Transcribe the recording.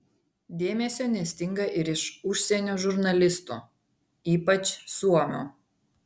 dėmesio nestinga ir iš užsienio žurnalistų ypač suomių